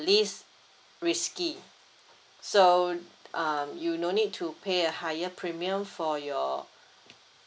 least risky so um you no need to pay a higher premium for your